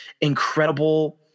incredible